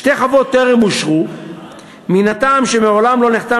שתי חוות טרם אושרו מן הטעם שמעולם לא נחתם